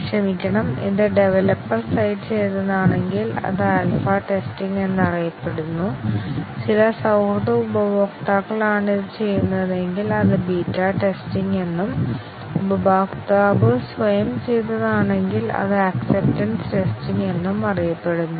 ക്ഷമിക്കണം ഇത് developer site ചെയ്തതാണെങ്കിൽ അത് ആൽഫ ടെസ്റ്റിംഗ് എന്നറിയപ്പെടുന്നു ചില സൌഹൃദ ഉപഭോക്താക്കളാണ് ഇത് ചെയ്യുന്നതെങ്കിൽ അത് ബീറ്റ ടെസ്റ്റിംഗ് എന്നും ഉപഭോക്താവ് സ്വയം ചെയ്തതാണെങ്കിൽ അത് ആക്സപ്പ്ടെൻസ് ടെസ്റ്റിങ് എന്നും അറിയപ്പെടുന്നു